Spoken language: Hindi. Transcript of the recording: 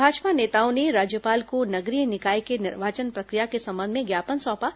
भाजपा नेताओं ने राज्यपाल को नगरीय निकाय के निर्वाचन प्रक्रिया के संबंध में ज्ञापन सौंपा